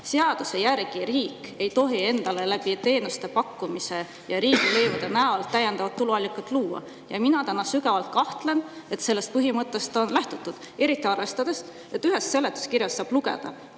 Seaduse järgi ei tohi riik teenuste pakkumise ja riigilõivude kaudu endale täiendavaid tuluallikaid luua. Mina sügavalt kahtlen, et sellest põhimõttest on lähtutud, eriti arvestades, et ühest seletuskirjast saab lugeda,